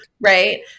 Right